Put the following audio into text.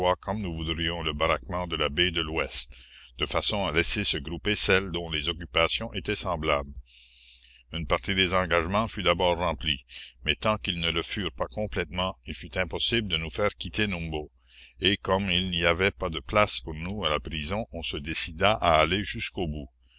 comme nous voudrions le baraquement de la baie de l'ouest de façon à laisser se grouper celles dont les occupations étaient semblables une partie des engagements fut d'abord remplie mais tant qu'ils ne le furent pas complètement il fut impossible de nous faire quitter numbo et comme il n'y avait pas de places pour nous à la prison on se décida à aller jusqu'au bout